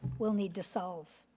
will need to solve.